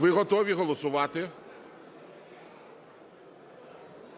ви готові голосувати?